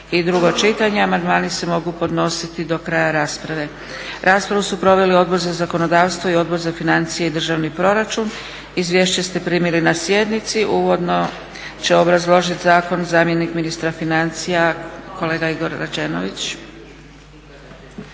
i drugo čitanje. Amandmani se mogu podnositi do kraja rasprave. Raspravu su proveli Odbor za zakonodavstvo i Odbor za financije i državni proračun. Izvješće ste primili na sjednici. Uvodno će obrazložiti zakon zamjenik ministra financija kolega Igor Rađenović.